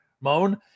Moan